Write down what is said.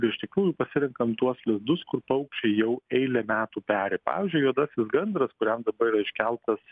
ir iš tikrųjų pasirenkam tuos lizdus kur paukščiai jau eilę metų peri pavyzdžiui juodasis gandras kuriam dabar iškeltas